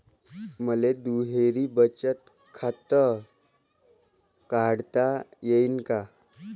मले दुहेरी बचत खातं काढता येईन का?